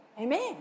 Amen